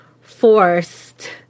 forced